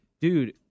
dude